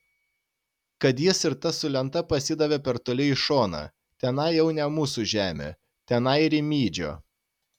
kad jis ir tas su lenta pasidavė per toli į šoną tenai jau ne mūsų žemė tenai rimydžio